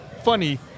funny